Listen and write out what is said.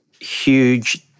huge